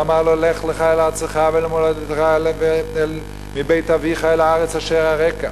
והוא אמר לו: לך לך מארצך וממולדתך ומבית אביך אל הארץ אשר אראך.